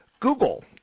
Google